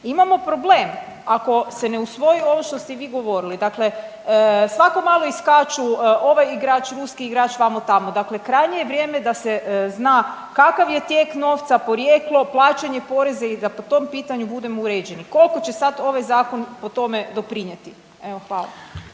Imamo problem, ako se ne usvoji ovo što ste vi govorili, dakle svako malo iskaču ovaj igrač, ruski igrač, vamo tamo. Dakle, krajnje je vrijeme da se zna kakav je tijek novca, porijeklo, plaćanje poreza i da po tom pitanju budemo uređeni. Koliko će sad ovaj zakon po tome doprinijeti? Evo, hvala.